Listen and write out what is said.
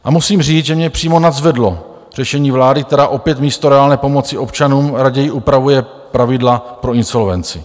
A musím říct, že mě přímo nadzvedlo řešení vlády, která opět místo reálné pomoci občanům raději upravuje pravidla pro insolvenci.